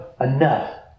enough